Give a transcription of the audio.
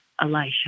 Elisha